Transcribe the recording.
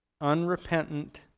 unrepentant